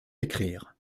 écrire